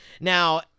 Now